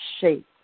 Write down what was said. shape